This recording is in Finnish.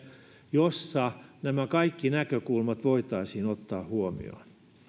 jossa nämä kaikki näkökulmat voitaisiin ottaa huomioon